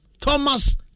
Thomas